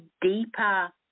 deeper